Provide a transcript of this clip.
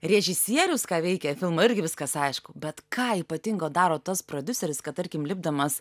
režisierius ką veikia filmo irgi viskas aišku bet ką ypatingo daro tas prodiuseris kad tarkim lipdamas